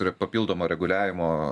yra papildomo reguliavimo